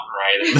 right